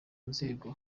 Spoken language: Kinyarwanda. nzego